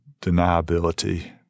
deniability